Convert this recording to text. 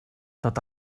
tot